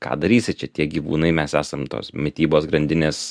ką darysi čia tie gyvūnai mes esam tos mitybos grandinės